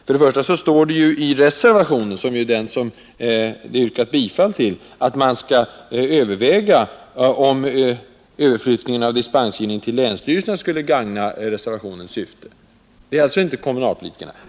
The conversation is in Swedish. För det första står det i reservationen, som ju är vad man har yrkat bifall till, att man skall överväga om överflyttning av dispensgivningen till länsstyrelserna skulle gagna reservationens syfte. Det talas alltså inte där om kommunalpolitikerna.